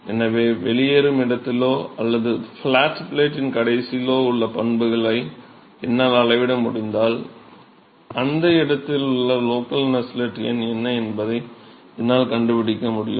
எனவே வெளியேறும் இடத்திலோ அல்லது ப்ளாட் பிளேட்டின் கடைசியிலோ உள்ள பண்புகளை என்னால் அளவிட முடிந்தால் அந்த இடத்திலுள்ள லோக்கல் நஸ்ஸெல்ட் எண் என்ன என்பதை என்னால் கண்டுபிடிக்க முடியும்